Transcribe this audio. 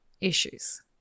issues